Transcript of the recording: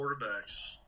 quarterbacks